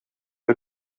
the